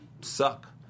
suck